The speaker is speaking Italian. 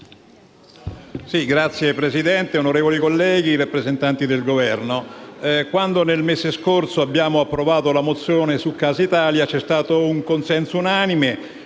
Signor Presidente, onorevoli colleghi, rappresentanti del Governo, quando nel mese scorso abbiamo approvato la mozione su Casa Italia, c'è stato un consenso unanime